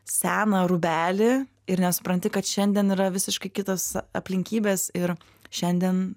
seną rūbelį ir nesupranti kad šiandien yra visiškai kitos aplinkybės ir šiandien